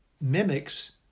mimics